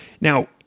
Now